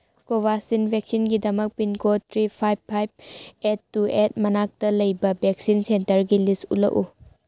ꯀꯣꯕꯥꯁꯤꯟ ꯚꯦꯛꯁꯤꯟꯒꯤꯗꯃꯛ pin code three five five eight two eight ꯃꯅꯥꯛꯇ ꯂꯩꯕ ꯚꯦꯛꯁꯤꯟ ꯁꯦꯟꯇꯔꯒꯤ ꯂꯤꯁ ꯎꯠꯂꯛꯎ